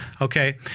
Okay